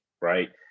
right